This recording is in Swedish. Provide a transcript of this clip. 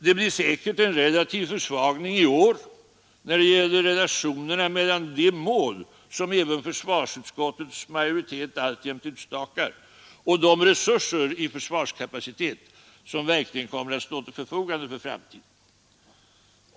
Det blir säkert en relativ försvagning i år när det gäller relationerna mellan det mål som även försvarsutskottets majoritet alltjämt utstakar och de resurser i försvarskapacitet som verkligen kommer att stå till förfogande för framtiden.